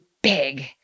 Big